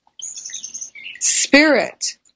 spirit